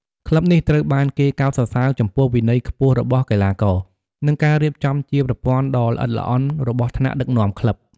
ក្លឹបនេះត្រូវបានគេកោតសរសើរចំពោះវិន័យខ្ពស់របស់កីឡាករ និងការរៀបចំជាប្រព័ន្ធដ៏ល្អិតល្អន់របស់ថ្នាក់ដឹកនាំក្លឹប។